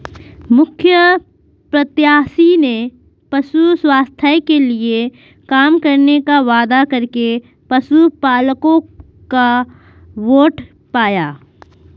मुखिया प्रत्याशी ने पशु स्वास्थ्य के लिए काम करने का वादा करके पशुपलकों का वोट पाया